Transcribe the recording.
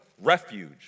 refuge